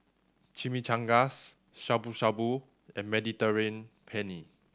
Chimichangas Shabu Shabu and Mediterranean Penne